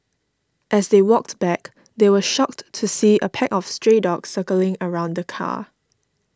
as they walked back they were shocked to see a pack of stray dogs circling around the car